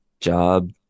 job